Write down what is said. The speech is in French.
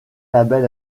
label